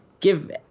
give